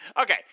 okay